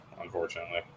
Unfortunately